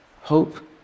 Hope